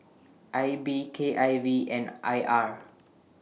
I B K I V and I R